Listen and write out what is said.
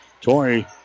Torrey